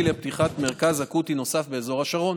לפתיחת מרכז אקוטי נוסף באזור השרון.